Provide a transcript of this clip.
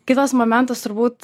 kitas momentas turbūt